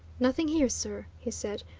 nothing here, sir, he said.